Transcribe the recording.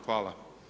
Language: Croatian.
Hvala.